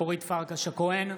אורית פרקש הכהן,